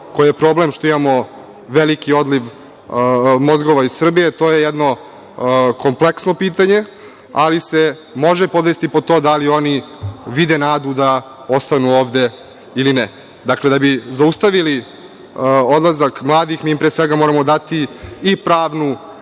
koje je problem što imamo veliki odliv mozgova iz Srbije, to je jedno kompleksno pitanje, ali se može podvesti pod to da li oni vide nadu da ostanu ovde ili ne. Dakle, da bi zaustavili odlazak mladih, mi im pre svega moramo dati i pravnu